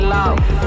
love